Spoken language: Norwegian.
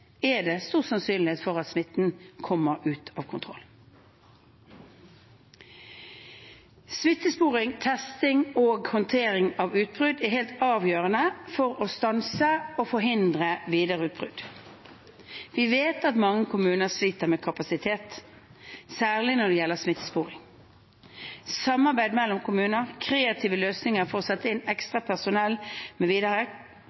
er det stor sannsynlighet for at smitten kommer ut av kontroll. Smittesporing, testing og håndtering av utbrudd er helt avgjørende for å stanse og forhindre videre utbrudd. Vi vet at mange kommuner sliter med kapasiteten, særlig når det gjelder smittesporing. Samarbeid mellom kommuner, kreative løsninger for å sette inn